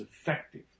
effective